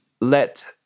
let